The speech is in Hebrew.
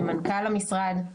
עם מנכ"ל המשרד.